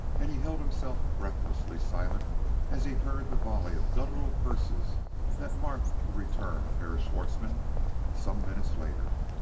and he held himself breathlessly silent as he heard the volley of gutteral curses that marked the return of herr schwartzmann some minutes later.